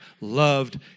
loved